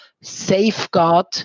safeguard